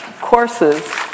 courses